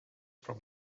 from